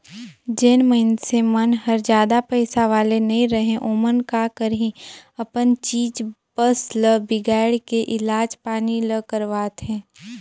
जेन मइनसे मन हर जादा पइसा वाले नइ रहें ओमन का करही अपन चीच बस ल बिगायड़ के इलाज पानी ल करवाथें